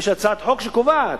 יש הצעת חוק שקובעת,